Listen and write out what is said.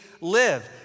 live